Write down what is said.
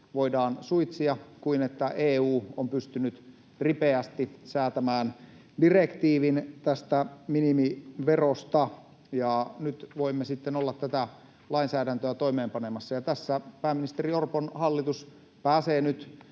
voidaan suitsia, kuin EU on pystynyt ripeästi säätämään direktiivin tästä minimiverosta, ja nyt voimme sitten olla tätä lainsäädäntöä toimeenpanemassa. Tässä pääministeri Orpon hallitus pääsee nyt